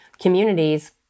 communities